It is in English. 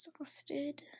exhausted